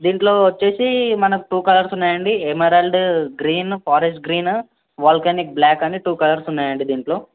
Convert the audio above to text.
దీంట్లో వచ్చిమనకి two colours ఉన్నాయండి emerald green forest green volcanic black అని టూ కలర్స్ ఉన్నాయండి దీంట్లో